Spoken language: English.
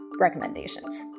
recommendations